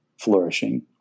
flourishing